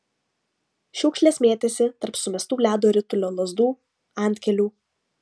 šiukšlės mėtėsi tarp sumestų ledo ritulio lazdų antkelių